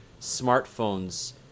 smartphones